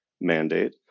mandate